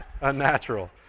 unnatural